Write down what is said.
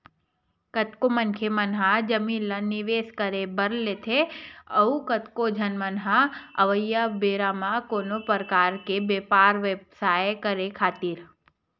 कतको मनखे मन ह जमीन ल निवेस करे बर लेथे अउ कतको झन मन ह अवइया बेरा म कोनो परकार के बेपार बेवसाय करे खातिर